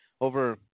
over –